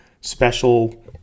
special